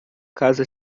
casa